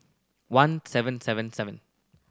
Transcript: one seven seven seven